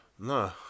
No